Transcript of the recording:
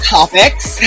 Topics